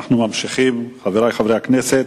אנו ממשיכים, חברי חברי הכנסת.